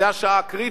זו השעה הקריטית,